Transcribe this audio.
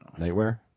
Nightwear